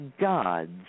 God's